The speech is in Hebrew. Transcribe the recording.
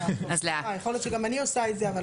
ואז מגדירים פה גם מהו רופא פעיל בחברת ביטוח וגם